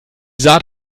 saat